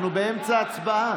אנחנו באמצע ההצבעה.